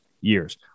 years